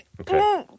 Okay